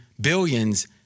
Billions